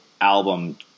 album